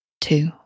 two